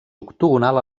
octogonal